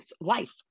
life